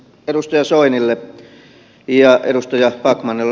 edustaja soinille ja edustaja backmanille